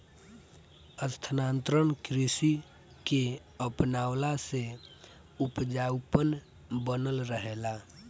स्थानांतरण कृषि के अपनवला से उपजाऊपन बनल रहेला